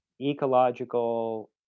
ecological